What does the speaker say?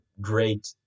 great